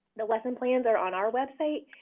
the lesson plans are on our website,